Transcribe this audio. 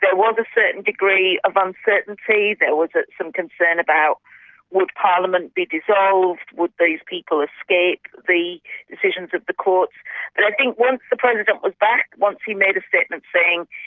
there was a certain degree of uncertainty, there was some concern about would parliament be dissolved, would these people escape the decision of the courts? but i think once the president was back, once he made a statement saying,